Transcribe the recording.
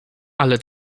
ale